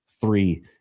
three